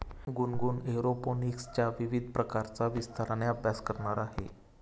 गुनगुन एरोपोनिक्सच्या विविध प्रकारांचा विस्ताराने अभ्यास करणार आहे